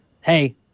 Hey